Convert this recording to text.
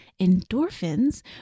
endorphins